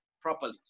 properly